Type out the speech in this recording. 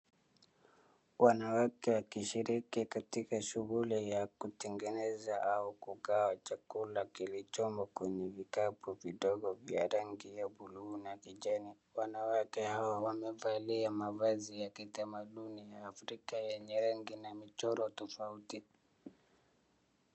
wanawake wakishiriki katika shughuli ya kutengeneza au kugawa chakula kilichomo kwenye vikapu vya rangi ya bluu na kijani. Wanawake hawa wamevalia mavazi ya kitamanduni Afrika yenye rangi na michoro tofauti.